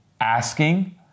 asking